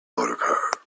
motorcar